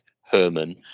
Herman